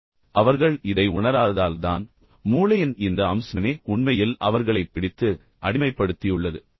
அவர்கள் இதை இதை உணராததால் தான் மூளையின் இந்த அம்சமே உண்மையில் அவர்களைப் பிடித்து அடிமைப்படுத்தியுள்ளது